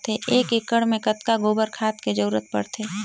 एक एकड़ मे कतका गोबर खाद के जरूरत पड़थे?